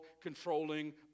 controlling